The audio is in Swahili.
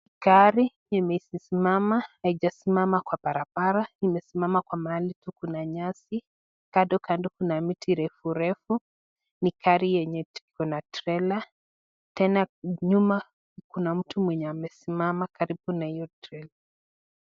Gari imesimama haijasimama kwa barabara imesimama mahali kuna nyasi kando kando kuna miti refu refu ,ni gari yenye iko na trela tena nyuma kuna mtu mwenye amesimama karibu na hiyo trela.